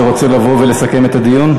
שרוצה לבוא ולסכם את הדיון?